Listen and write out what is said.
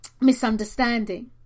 misunderstanding